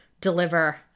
deliver